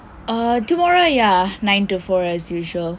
err tomorrow ya nine to four as usual